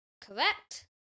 Correct